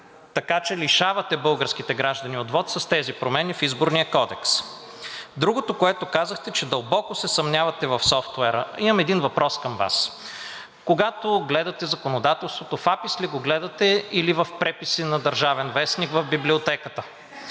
така че лишавате българските граждани от вот с тези промени в Изборния кодекс. Другото, което казахте – че дълбоко се съмнявате в софтуера. Имам един въпрос към Вас. Когато гледате законодателството, в АПИС ли го гледате, или в преписи на „Държавен вестник“ в библиотеката?